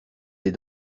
des